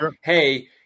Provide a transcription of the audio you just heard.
hey